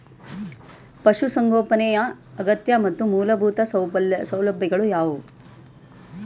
ಪಶುಸಂಗೋಪನೆಯ ಅಗತ್ಯ ಮತ್ತು ಮೂಲಭೂತ ಸೌಲಭ್ಯಗಳು ಯಾವುವು?